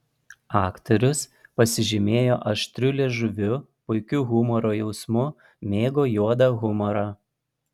aktorius pasižymėjo aštriu liežuviu puikiu humoro jausmu mėgo juodą humorą